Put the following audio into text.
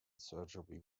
surgery